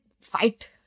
fight